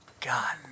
God